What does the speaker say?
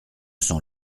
sont